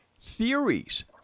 theories